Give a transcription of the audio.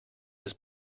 his